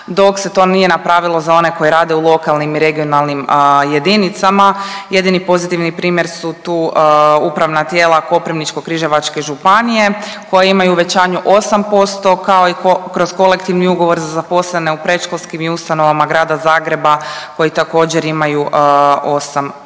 dok se to nije napravilo za one koji rade u lokalnim i regionalnim jedinicama. Jedini pozitivi primjer su tu upravna tijela Koprivničko-križevačke županije koja imaju uvećanje 8% kao i kroz kolektivi ugovor za zaposlene u predškolskim i u ustanovama Grada Zagreba koji također imaju 8%.